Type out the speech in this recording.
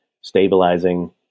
stabilizing